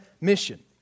mission